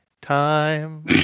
Time